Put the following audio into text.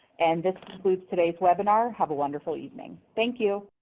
and this concludes today's webinar. have a wonderful evening. thank you.